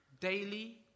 daily